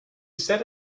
set